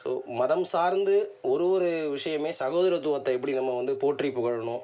so மதம் சார்ந்து ஒரு ஒரு விஷயமும் சகோதரத்துவத்தை எப்படி நம்ம வந்து போற்றிப் புகழணும்